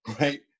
right